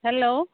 hello